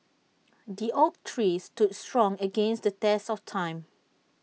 the oak tree stood strong against the test of time